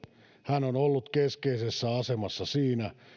hän on ollut keskeisessä asemassa siinä